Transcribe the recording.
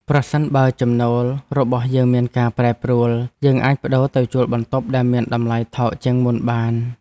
ប្រសិនបើចំណូលរបស់យើងមានការប្រែប្រួល យើងអាចប្តូរទៅជួលបន្ទប់ដែលមានតម្លៃថោកជាងមុនបាន។